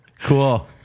Cool